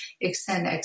extend